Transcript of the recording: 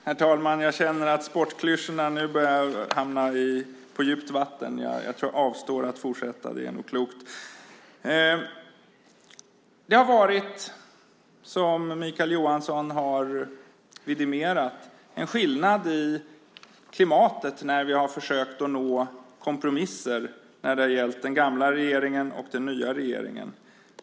Herr talman! Jag känner att sportklyschorna nu börjar hamna på djupt vatten. Jag tror att jag avstår från att fortsätta. Det är nog klokt. Det har, som Mikael Johansson har vidimerat, varit en skillnad i klimatet när vi har försökt att nå kompromisser när det har gällt den gamla regeringen och när det har gällt den nya regeringen.